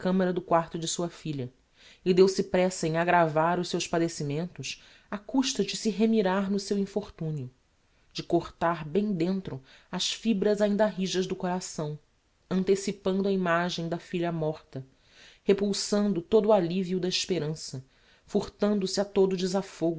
do quarto de sua filha e deu-se pressa em aggravar os seus padecimentos á custa de se remirar no seu infortunio de cortar bem dentro as fibras ainda rijas do coração antecipando a imagem da filha morta repulsando todo o allivio da esperança furtando-se a todo o desafogo